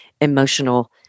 emotional